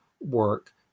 work